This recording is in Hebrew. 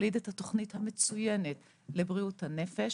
והוליד את התוכנית המצוינת לבריאות הנפש